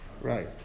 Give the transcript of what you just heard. right